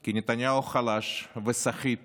כי נתניהו חלש וסחיט